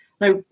Now